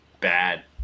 bad